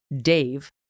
Dave